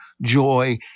joy